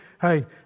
hey